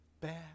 Bad